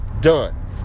done